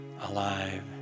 alive